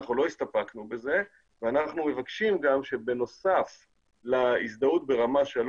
אנחנו לא הסתפקנו בזה ואנחנו מבקשים גם שבנוסף להזדהות ברמה 3